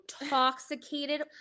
intoxicated